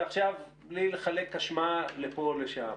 ועכשיו בלי לחלק אשמה לפה או לשם,